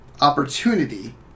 opportunity